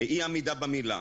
אי עמידה במילה,